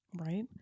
right